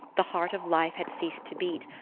the heart of life had ceased to beat,